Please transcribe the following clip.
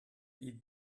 eat